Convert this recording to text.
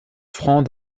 francs